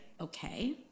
okay